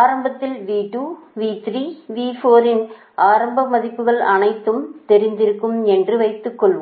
ஆரம்பத்தில்V2 V3 V4 இன் ஆரம்ப மதிப்புகள் அனைத்தும் தெரிந்திருக்கும் என்று வைத்துக்கொள்வோம்